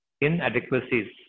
inadequacies